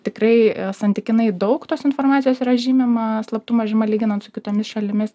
tikrai santykinai daug tos informacijos yra žymima slaptumo žyma lyginant su kitomis šalimis